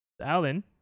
Alan